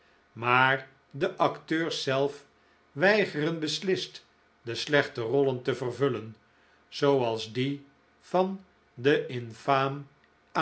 maar de acteurs zelf weigeren beslist de slechte rollen te vervullen zooals die van de